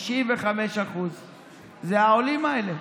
95% זה העולים האלה.